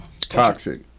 toxic